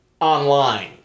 online